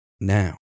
now